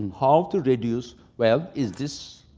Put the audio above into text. how to reduce, well, is this